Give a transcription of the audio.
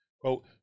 quote